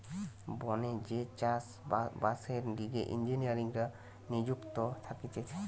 বনে যেই চাষ বাসের লিগে ইঞ্জিনীররা নিযুক্ত থাকতিছে